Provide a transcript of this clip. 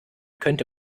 könnte